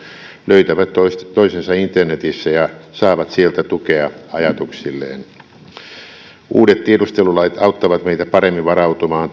löytävät toisensa internetissä ja saavat sieltä tukea ajatuksilleen uudet tiedustelulait auttavat meitä paremmin varautumaan